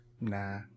Nah